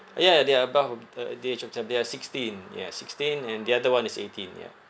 uh ya ya they are above ab~ uh the age of twelve they are sixteen ya sixteen and the other one is eighteen ya